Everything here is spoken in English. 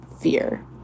fear